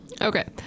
Okay